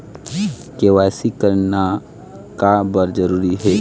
KYC करना का बर जरूरी हे?